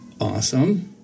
Awesome